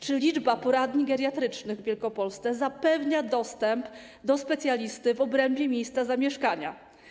Czy liczba poradni geriatrycznych w Wielkopolsce zapewnia dostęp do specjalisty w obrębie miejsca zamieszkania?